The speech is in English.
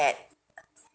uh